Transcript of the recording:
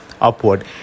upward